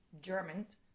Germans